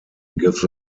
gives